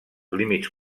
límits